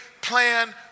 plan